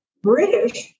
British